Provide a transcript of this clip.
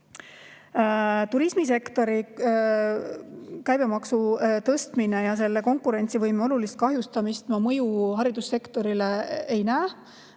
Turismisektori käibemaksu tõstmise ja selle konkurentsivõime olulise kahjustamise mõju haridussektorile ma ei näe.